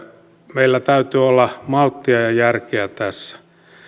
meillä täytyy olla malttia ja ja järkeä tässä